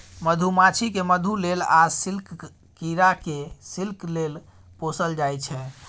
मधुमाछी केँ मधु लेल आ सिल्कक कीरा केँ सिल्क लेल पोसल जाइ छै